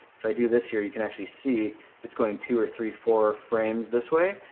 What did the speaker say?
if i do this here, you can actually see it's going to or three, four frames this way.